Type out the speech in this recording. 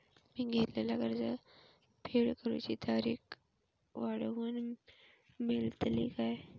मी घेतलाला कर्ज फेड करूची तारिक वाढवन मेलतली काय?